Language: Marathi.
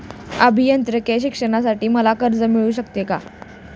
अभियांत्रिकी शिक्षणासाठी मला कर्ज मिळू शकते का?